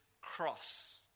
cross